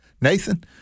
Nathan